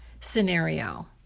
scenario